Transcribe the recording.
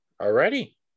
already